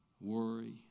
worry